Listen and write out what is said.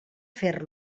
fer